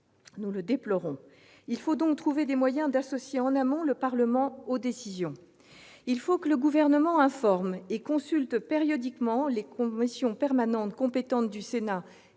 Nous le déplorons. Il faut donc trouver les moyens d'associer en amont le Parlement aux décisions. Il faut que le Gouvernement informe et consulte périodiquement les commissions permanentes compétentes du Sénat